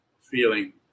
feeling